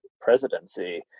presidency